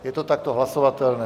Je to takto hlasovatelné.